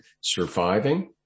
surviving